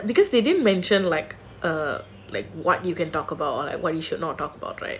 ya because they didn't mention like err like what you can talk about or like what you should not talk about right